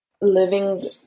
living